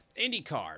IndyCar